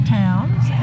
towns